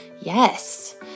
Yes